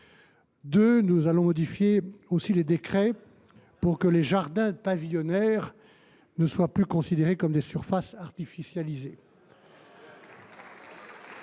plus, nous allons modifier les décrets pour que les jardins pavillonnaires ne soient plus considérés comme des surfaces artificialisées.